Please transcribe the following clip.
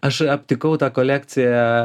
aš aptikau tą kolekciją